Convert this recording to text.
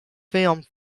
film